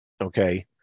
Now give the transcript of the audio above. okay